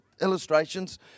illustrations